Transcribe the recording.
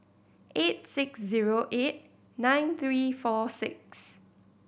eight six zero eight nine three four six